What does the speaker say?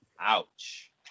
Ouch